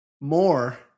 More